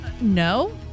No